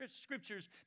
scriptures